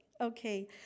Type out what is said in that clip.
Okay